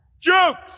Jokes